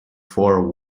for